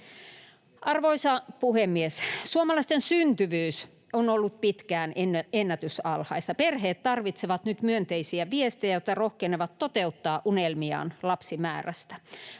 Arvoisa puhemies! Suomalaisten syntyvyys on ollut pitkään ennätysalhaista. Perheet tarvitsevat nyt myönteisiä viestejä, jotta rohkenevat toteuttaa unelmiaan lapsimäärästä.